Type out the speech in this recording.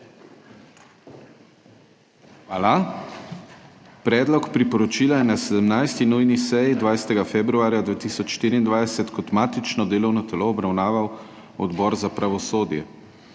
Hvala. Predlog priporočila je na 17. nujni seji 20. februarja 2024 kot matično delovno telo obravnaval Odbor za pravosodje.